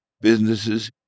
businesses